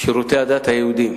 שירותי הדת היהודיים.